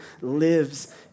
lives